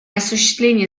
осуществление